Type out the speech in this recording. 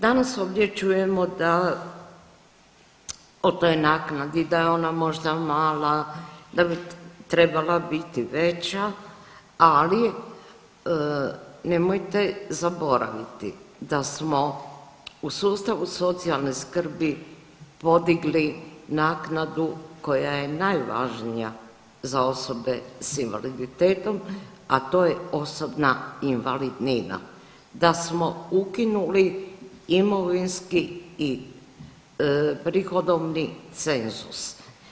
Danas ovdje čujemo da o toj naknadi, da je ona možda mala, da bi trebala biti veća ali nemojte zaboraviti da smo u sustavu socijalne skrbi podigli naknadu koja je najvažnija za osobe s invaliditetom, a to je osobna invalidnina, da smo ukinuli imovinski i prihodovni cenzus.